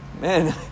Man